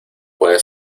puede